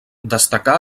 destacà